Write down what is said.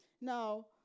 Now